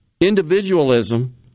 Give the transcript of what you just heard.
individualism